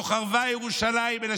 "לא חרבה ירושלים אלא,